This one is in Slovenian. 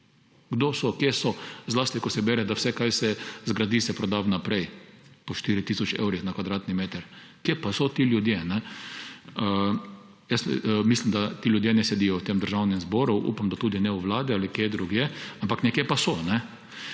Kdo so, kje so? Zlasti ko se bere, da se vse, kar se zgradi, proda vnaprej po ceni 4 tisoč evre na kvadratni meter. Kje pa so ti ljudje? Mislim, da ti ljudje ne sedijo v tem državnem zboru, upam, da tudi ne v vladi ali kje drugje, ampak nekje pa so.